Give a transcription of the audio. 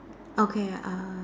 okay err